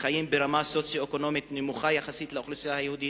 וחיה ברמה סוציו-אקונומית נמוכה יחסית לאוכלוסייה היהודית,